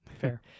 Fair